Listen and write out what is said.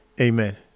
amen